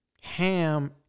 Ham